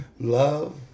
Love